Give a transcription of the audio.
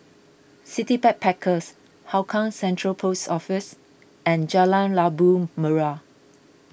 City Backpackers Hougang Central Post Office and Jalan Labu Merah